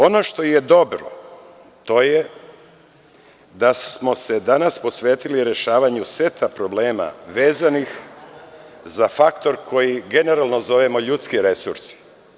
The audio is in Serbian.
Ono što je dobro, to je da smo se danas posvetili rešavanju seta problema vezanih za faktor koji generalno zovemo ljudski resurs.